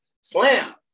slam